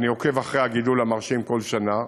ואני עוקב אחרי הגידול המרשים כל שנה,